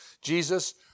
Jesus